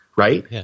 Right